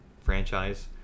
franchise